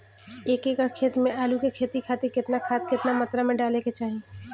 एक एकड़ खेत मे आलू के खेती खातिर केतना खाद केतना मात्रा मे डाले के चाही?